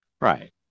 Right